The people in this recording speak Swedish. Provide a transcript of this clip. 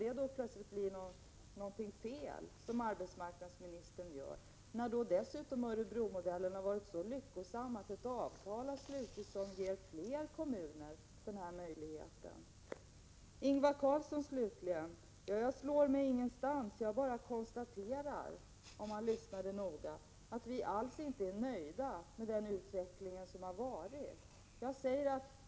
Kan skulden för detta då läggas på arbetsmarknadsministern? Örebromodellen har dessutom varit så lyckosam att det slutits ett avtal som ger fler kommuner möjlighet att bedriva motsvarande verksamhet. Till Ingvar Karlsson i Bengtsfors vill jag slutligen säga följande. Om man lyssnade noga kunde man konstatera att jag sade att vi alls inte är nöjda med den utveckling som ägt rum.